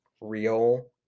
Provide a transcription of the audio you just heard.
real